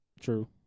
True